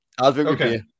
Okay